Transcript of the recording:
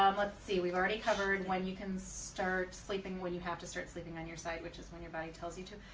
um let's see we've already covered when you can start sleeping when you have to start sleeping on your side which is when your body tells you to